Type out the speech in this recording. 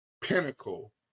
pinnacle